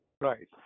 Right